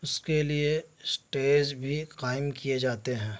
اس کے لیے اسٹیج بھی قائم کیے جاتے ہیں